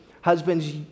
Husbands